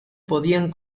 podían